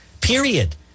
period